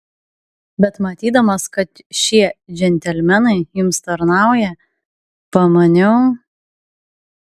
bet matydamas kad šie džentelmenai jums tarnauja pamaniau